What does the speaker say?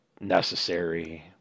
necessary